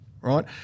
Right